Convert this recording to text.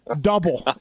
double